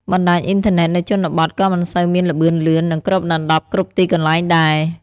បណ្តាញអ៊ីនធឺណិតនៅជនបទក៏មិនសូវមានល្បឿនលឿន និងគ្របដណ្ដប់គ្រប់ទីកន្លែងដែរ។